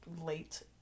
late